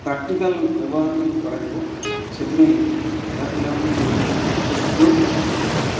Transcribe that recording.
practical ବ୍ୟବହାର କେମିତି କରାଯିବ ସେଥିପାଇଁ ଏହା ପିଲାମାନଙ୍କୁ ଗୋଟିଏ ସୁଯୋଗ